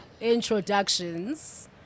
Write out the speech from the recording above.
introductions